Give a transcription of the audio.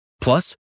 Plus